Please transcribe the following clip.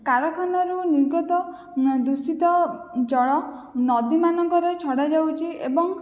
କାରଖାନାରୁ ନିର୍ଗତ ଦୂଷିତ ଜଳ ନଦୀମାନଙ୍କରେ ଛଡ଼ାଯାଉଛି ଏବଂ